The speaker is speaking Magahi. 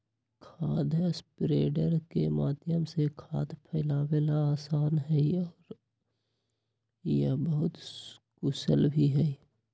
खाद स्प्रेडर के माध्यम से खाद फैलावे ला आसान हई और यह बहुत कुशल भी हई